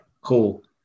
cool